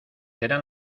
eran